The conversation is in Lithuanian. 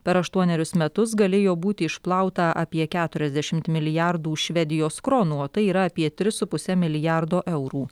per aštuonerius metus galėjo būti išplauta apie keturiasdešimt milijardų švedijos kronų o tai yra apie tris su puse milijardo eurų